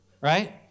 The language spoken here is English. Right